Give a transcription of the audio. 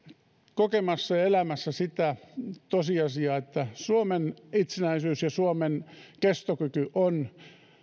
kokemassa ja elämässä sitä tosiasiaa että suomen itsenäisyys ja suomen kestokyky ovat